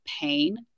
pain